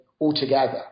altogether